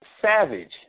savage